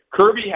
Kirby